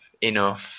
enough